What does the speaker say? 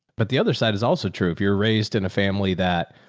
but the other side is also true. if you're raised in a family that.